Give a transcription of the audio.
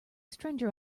stranger